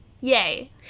yay